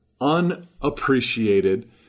unappreciated